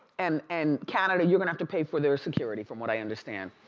and and canada, you're gonna have to pay for their security, from what i understand.